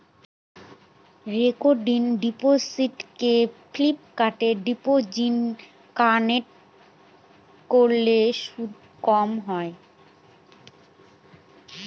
recurring ডিপোসিটকে fixed ডিপোজিটে convert করলে সুদ কম হয়